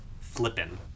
flippin